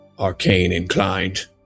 arcane-inclined